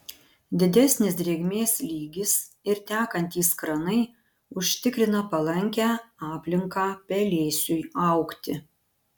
didesnis drėgmės lygis ir tekantys kranai užtikrina palankią aplinką pelėsiui augti